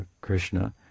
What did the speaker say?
Krishna